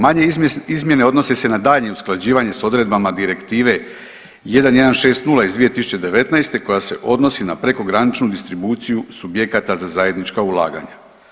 Manje izmjene odnose se na daljnje usklađivanje s odredbama Direktive 1160/2019 koja se odnosi na prekograničnu distribuciju subjekata za zajednička ulaganja.